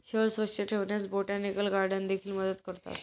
शहर स्वच्छ ठेवण्यास बोटॅनिकल गार्डन देखील मदत करतात